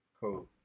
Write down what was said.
Cool